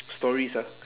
stories ah